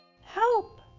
Help